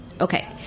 Okay